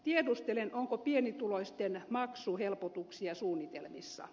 tiedustelen onko pienituloisten maksuhelpotuksia suunnitelmissa